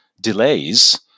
delays